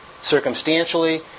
circumstantially